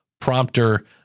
prompter